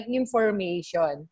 information